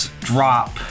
drop